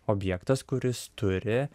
objektas kuris turi